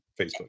Facebook